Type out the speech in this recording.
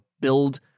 build